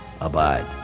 abide